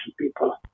People